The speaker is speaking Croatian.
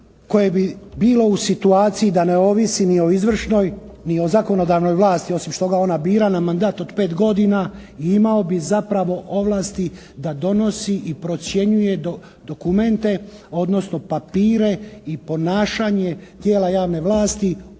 koje bi bilo u situaciji da ne ovisi ni o izvršnoj, ni o zakonodavnoj vlasti, osim što ga ona bira na mandat od 5 godina imao bi zapravo ovlasti da donosi i procjenjuje dokumente, odnosno papire i ponašanje tijela javne vlasti,